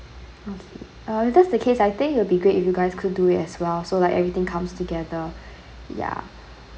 okay uh if that's the case I think it will be great if you guys could do it as well so like everything comes together ya